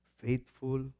faithful